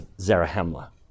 Zarahemla